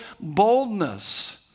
boldness